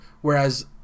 Whereas